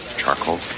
charcoal